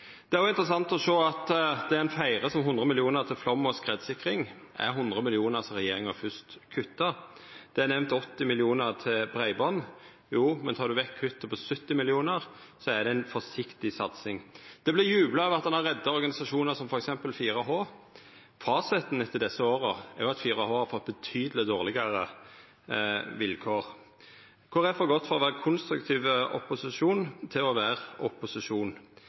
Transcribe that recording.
Det er òg interessant å sjå at det ein feirar som 100 mill. kr til flom- og skredsikring, er 100 mill. kr som regjeringa først har kutta. Det er nemnt 80 mill. kr til breiband. Ja, men tek ein vekk kuttet på 70 mill. kr, er det ei forsiktig satsing. Det vart jubla over at ein har redda organisasjonar som f.eks. 4H. Fasiten etter desse åra er at 4H har fått tydeleg dårlegare vilkår. Kristeleg Folkeparti har gått frå å vera ein «konstruktiv opposisjon» til å